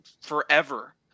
forever